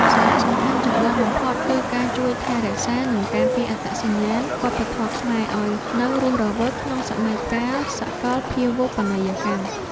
សារៈសំខាន់ចម្បងបំផុតគឺការជួយថែរក្សា និងការពារអត្តសញ្ញាណវប្បធម៌ខ្មែរឱ្យនៅរស់រវើកក្នុងសម័យកាលសកលភាវូបនីយកម្ម។